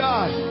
God